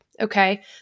Okay